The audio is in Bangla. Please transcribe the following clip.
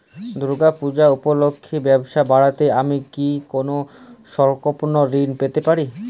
দূর্গা পূজা উপলক্ষে ব্যবসা বাড়াতে আমি কি কোনো স্বল্প ঋণ পেতে পারি?